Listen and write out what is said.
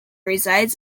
resides